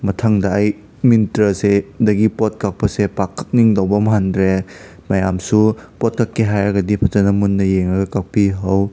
ꯃꯊꯪꯗ ꯑꯩ ꯃꯤꯟꯇ꯭ꯔꯁꯤꯗꯒꯤ ꯄꯣꯠ ꯀꯛꯄꯁꯦ ꯄꯥꯛꯅ ꯀꯛꯅꯤꯡꯗꯧꯕ ꯃꯥꯟꯗ꯭ꯔꯦ ꯃꯌꯥꯝꯁꯨ ꯄꯣꯠ ꯀꯛꯀꯦ ꯍꯥꯏꯔꯒꯗꯤ ꯐꯖꯅ ꯃꯨꯟꯅ ꯌꯦꯡꯉꯒ ꯀꯛꯄꯤꯍꯧ